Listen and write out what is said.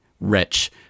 Wretch